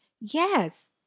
yes